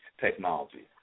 technology